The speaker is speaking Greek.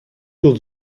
του